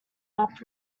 map